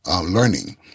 learning